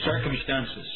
circumstances